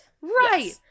Right